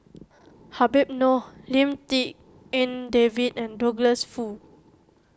Habib Noh Lim Tik En David and Douglas Foo